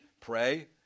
pray